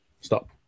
stop